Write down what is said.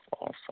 awesome